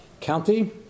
county